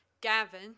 Gavin